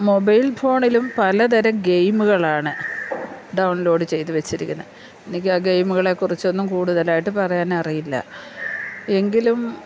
mobile ഫോണിലും പലതരം ഗെയിമുകളാണ് ഡൗൺലോഡ് ചെയ്തു വച്ചിരിക്കെ എനിക്ക് ആ ഗെയിമുകളെ കുറിച്ചൊന്നും കൂടുതലായിട്ട് പറയാനറിയില്ല എങ്കിലും